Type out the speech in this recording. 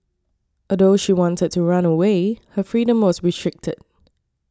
although she wanted to run away her freedom was restricted